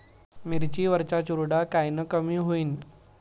मिरची वरचा चुरडा कायनं कमी होईन?